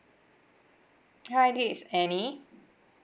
hi this is annie